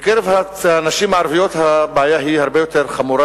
בקרב הנשים הערביות הבעיה הרבה יותר חמורה: